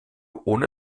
ohne